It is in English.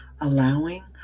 allowing